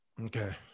Okay